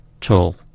tall